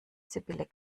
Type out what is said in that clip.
sibylle